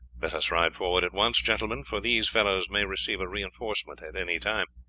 let us ride forward at once, gentlemen, for these fellows may receive a reinforcement at any time.